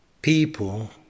People